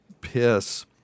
piss